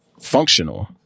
functional